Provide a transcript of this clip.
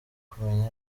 kumenya